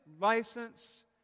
license